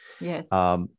Yes